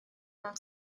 mewn